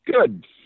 Good